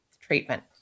treatment